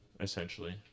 essentially